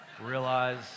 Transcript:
realize